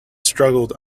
struggled